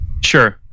sure